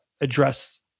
address